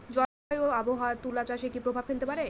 জলবায়ু ও আবহাওয়া তুলা চাষে কি প্রভাব ফেলতে পারে?